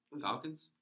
Falcons